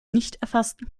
nichterfassen